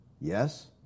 Yes